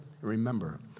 remember